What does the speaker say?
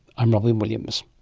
i'm robyn williams